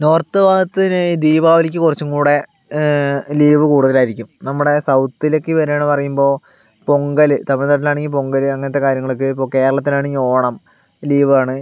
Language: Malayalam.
നോർത്ത് ഭാഗത്തിന് ഈ ദീപാവലിക്ക് കുറച്ചും കൂടി ലീവ് കൂടുതലായിരിക്കും നമ്മുടെ സൗത്തിലേക്ക് വരാണ് പറയുമ്പോ പൊങ്കല് തമിഴ്നാട്ടില് ആണെങ്കി പൊങ്കല് അങ്ങനത്തെ കാര്യങ്ങളൊക്കെ ഇപ്പോ കേരളത്തിലാണെങ്കിൽ ഓണം ലീവാണ്